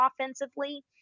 offensively